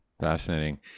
Fascinating